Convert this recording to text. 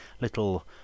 little